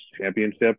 championship